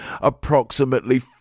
Approximately